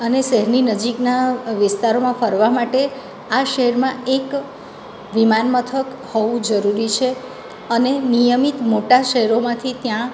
અને શહેરની નજીકના વિસ્તારમાં ફરવા માટે આ શહેરમાં એક વિમાનમથક હોવું જરૂરી છે અને નિયમિત મોટા શહેરોમાંથી ત્યાં